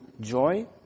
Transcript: joy